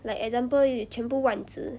like example 有全部万字